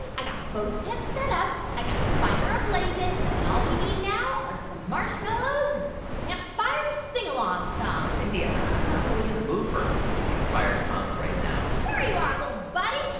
i got both tents set up. i got fire a-blazin'. and all we need now are some marshmallows and some campfire singalong songs mindy, yeah i'm not really in the mood for campfire songs right now sure you are, little buddy.